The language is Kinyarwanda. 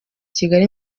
kigali